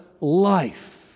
life